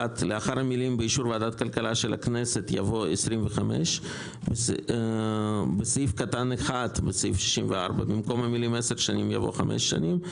1. לאחר המילים: באישור ועדת הכלכלה של הכנסת יבוא: 25. בסעיף קטן (1) בסעיף 64 במקום המילים 10 שנים יבוא 5 שנים,